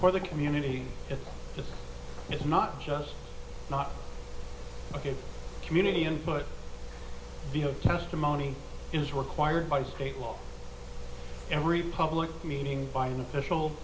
for the community it's just it's not just not a good community input vo testimony is required by state law every public meeting by an official